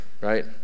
right